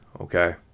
okay